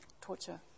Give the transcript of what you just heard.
torture